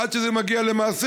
עד שזה מגיע למעשים,